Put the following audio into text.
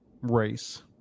race